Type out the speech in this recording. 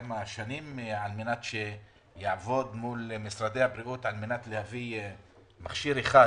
שנים לעבוד מול משרד הבריאות, כדי להביא מכשיר אחד